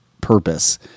purpose